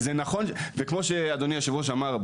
כמו שאדוני היושב ראש אמר,